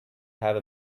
have